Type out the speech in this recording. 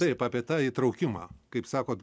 taip apie tą įtraukimą kaip sakot